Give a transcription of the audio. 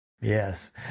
Yes